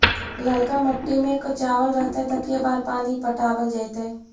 ललका मिट्टी में चावल रहतै त के बार पानी पटावल जेतै?